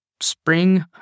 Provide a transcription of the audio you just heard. spring